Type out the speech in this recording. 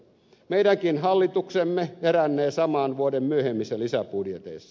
meidänkin hallituksemme herännee samaan vuoden myöhemmissä lisäbudjeteissa